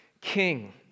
king